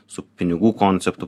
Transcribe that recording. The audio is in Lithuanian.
su pinigų konceptu